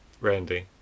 Randy